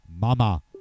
Mama